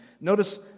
notice